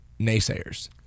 naysayers